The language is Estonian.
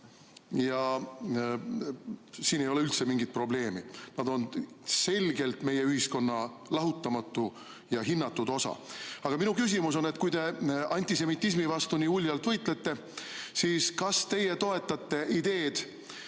ja siin ei ole üldse mingit probleemi – nad on selgelt meie ühiskonna lahutamatu ja hinnatud osa. Aga minu küsimus on, et kui te antisemitismi vastu nii uljalt võitlete, siis kas teie toetate ideed,